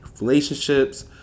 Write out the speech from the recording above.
relationships